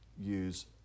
use